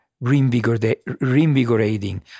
reinvigorating